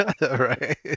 Right